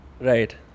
Right